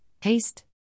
Haste